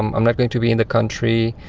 um i'm not going to be in the country,